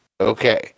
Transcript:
Okay